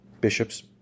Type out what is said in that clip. bishops